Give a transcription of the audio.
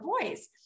boys